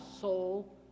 soul